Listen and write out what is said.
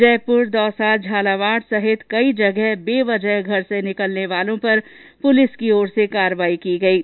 जयपुर दौसा झालावाड़ सहित कई जगह बेवजह घर से निकलने वालों पर पुलिस की ओर से कार्रवाई की जा रही है